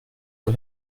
nur